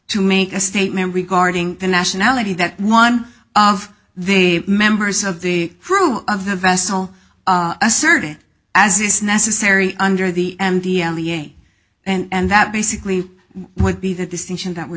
to make a statement regarding the nationality that one of the members of the crew of the vessel asserted as is necessary under the mt and the and that basically would be the distinction that we're